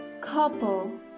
couple